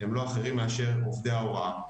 הם לא אחרים מאשר עובדי ההוראה,